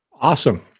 Awesome